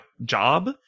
job